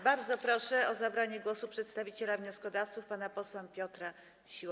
Bardzo proszę o zabranie głosu przedstawiciela wnioskodawców pana posła Piotra Misiłę.